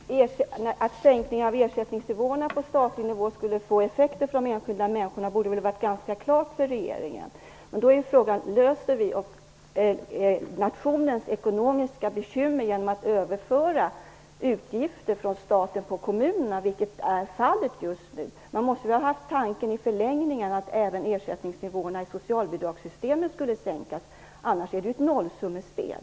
Fru talman! Att sänkningarna av de statliga ersättningsnivåerna skulle få effekter för de enskilda människorna borde väl ha stått ganska klart för regeringen. Då är frågan: Löser vi nationens ekonomiska bekymmer genom att från staten överföra utgifter på kommunerna, vilket är fallet just nu? Man måste haft tanken i förlängningen att även ersättningsnivåerna i socialbidragssystemet skulle sänkas. Annars blir det ju ett nollsummespel.